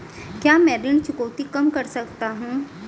क्या मैं ऋण चुकौती कम कर सकता हूँ?